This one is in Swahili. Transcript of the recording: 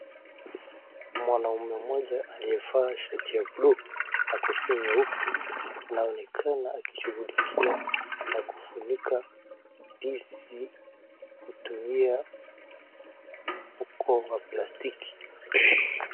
Mwanaume mmoja aliyevaa shati ya buluu na kofia nyeupe anaonekana akishughulikia ya kufunika ndizi kutumia mfuko wa plastiki .